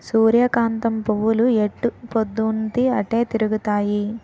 సూర్యకాంతం పువ్వులు ఎటుపోద్దున్తీ అటే తిరుగుతాయి